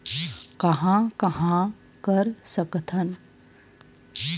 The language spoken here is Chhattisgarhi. कहां कहां कर सकथन?